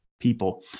people